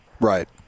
right